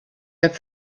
der